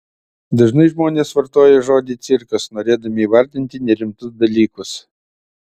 dažnai žmonės vartoja žodį cirkas norėdami įvardyti nerimtus dalykus